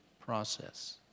process